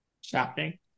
Shopping